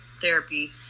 therapy